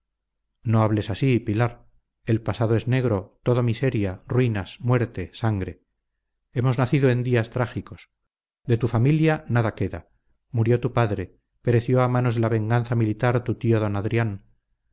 no hables así pilar el pasado es negro todo miseria ruinas muerte sangre hemos nacido en días trágicos de tu familia nada queda murió tu padre pereció a manos de la venganza militar tu tío d adrián